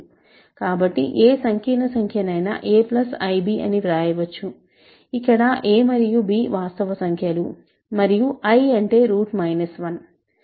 కాబట్టి ఏ సంకీర్ణ సంఖ్య ను అయినా a ప్లస్ ib అని వ్రాయవచ్చు ఇక్కడ a మరియు b వాస్తవ సంఖ్యలు మరియు i అంటే 1